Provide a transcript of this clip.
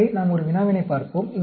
எனவே நாம் ஒரு வினாவினைப் பார்ப்போம்